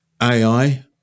AI